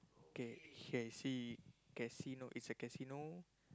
k k see casino it's a casino